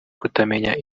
kutamenya